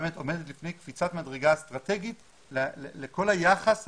הוא עומד לפני קפיצת מדרגה אסטרטגית לכל היחס,